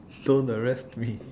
so the rest we